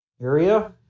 area